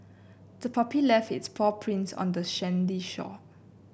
the puppy left its paw prints on the sandy shore